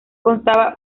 constaba